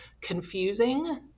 confusing